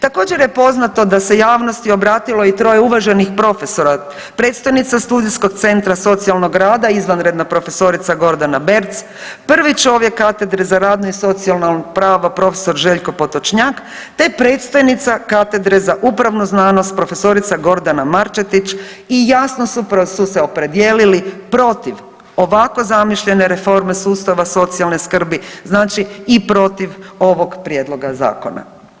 Također je poznato da se javnosti obratilo i troje uvaženih profesora, predstojnica studijskog centra socijalnog rada izvanredna prof. Gordana Berc, prvi čovjek katedre za radno i socijalno pravo prof. Željko Potočnjak, te predstojnica katedre za upravnu znanost prof. Gordana Marčetić i jasno su se opredijelili protiv ovako zamišljene reforme sustava socijalne skrbi, znači i protiv ovog prijedloga zakona.